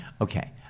Okay